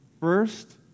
First